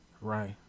right